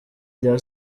rya